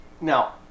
Now